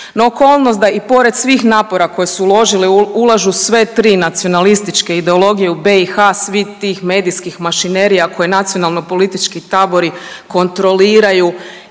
okolnost da i pored svih napora koje su uložili ulažu sve tri nacionalističke ideologije u BiH svih tih medijskih mašinerija koje nacionalno politički tabori kontroliraju